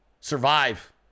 Survive